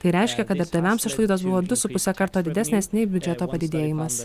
tai reiškia kad darbdaviams išlaidos buvo du su puse karto didesnės nei biudžeto padidėjimas